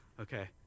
Okay